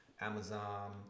Amazon